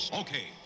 okay